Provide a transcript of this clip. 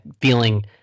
feeling